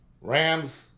Rams